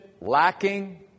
lacking